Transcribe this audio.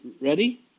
Ready